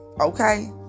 Okay